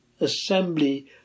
assembly